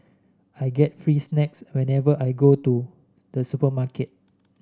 I get free snacks whenever I go to the supermarket